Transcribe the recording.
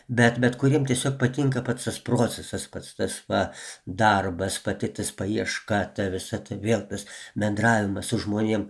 bet bet kuriem tiesiog patinka pats tas procesas pats tas va darbas patirtis paieška visa tai vėl tas bendravimas su žmonėm